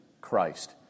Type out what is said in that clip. Christ